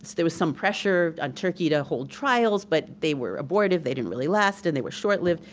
there was some pressure on turkey to hold trials, but they were abortive, they didn't really last, and they were short-lived.